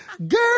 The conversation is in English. Girl